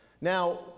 Now